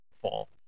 fall